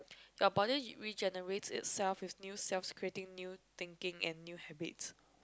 your body regenerates itself with new selves creating new thinking and new habit